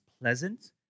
pleasant